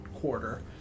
quarter